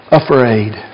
afraid